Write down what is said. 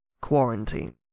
quarantine